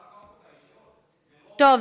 טוב,